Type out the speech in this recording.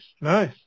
nice